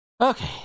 Okay